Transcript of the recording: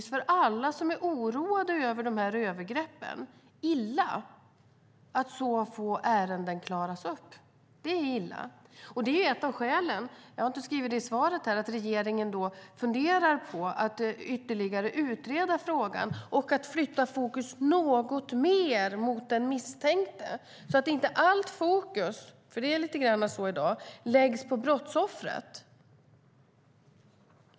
För alla som är oroade över de här övergreppen är det naturligtvis illa att så få ärenden klaras upp. Det är illa. Och det är ett av skälen - jag tog inte upp det i svaret här - till att regeringen funderar på att ytterligare utreda frågan och att flytta fokus något mer mot den misstänkte, så att inte allt fokus läggs på brottsoffret, som det lite grann är i dag.